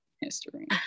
history